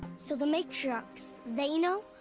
so the matriarchs. they know?